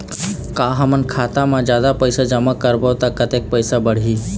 का हमन खाता मा जादा पैसा जमा करबो ता कतेक पैसा बढ़ही?